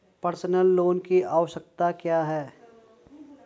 Personal loan की आवश्यकताएं क्या हैं?